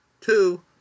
Two